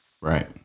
Right